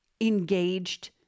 engaged